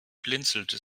blinzelte